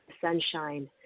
sunshine